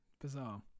Bizarre